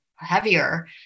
heavier